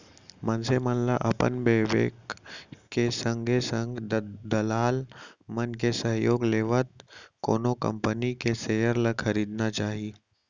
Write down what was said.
मनसे मन ल अपन बिबेक के संगे संग दलाल मन के सहयोग लेवत कोनो कंपनी के सेयर ल खरीदना चाही